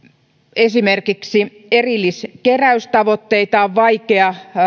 esimerkiksi erilliskeräystavoitteita on vaikea